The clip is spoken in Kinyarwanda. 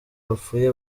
bapfuye